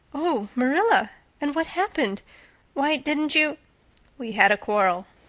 oh, marilla and what happened why didn't you we had a quarrel.